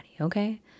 okay